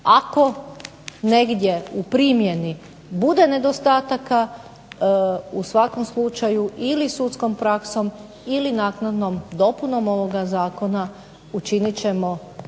ako negdje u primjeni bude nedostataka. U svakom slučaju ili sudskom praksom ili naknadnom dopunom ovoga zakona učinit ćemo